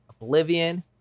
Oblivion